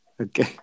Okay